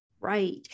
Right